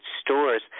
stores